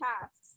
tasks